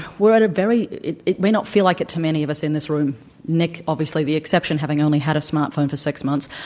we're at a very it it may not feel like it to many of us in this room nick obviously the exception, having only had a smartphone for six months.